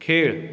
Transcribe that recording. खेळ